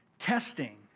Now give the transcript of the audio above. testing